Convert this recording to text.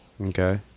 Okay